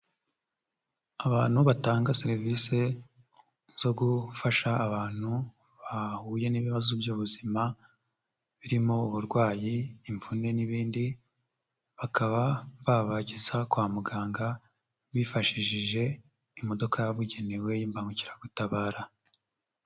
Abantu batanga serivisi zo gufasha abantu bahuye n'ibibazo by'ubuzima, birimo uburwayi, imvune n'ibindi, bakaba babageza kwa muganga, bifashishije imodoka yababugenewe, imbangukiragutabara.